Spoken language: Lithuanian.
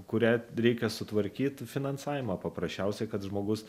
kurią reikia sutvarkyt finansavimą paprasčiausiai kad žmogus